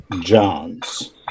Johns